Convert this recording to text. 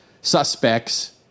suspects